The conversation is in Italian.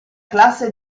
classe